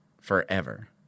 forever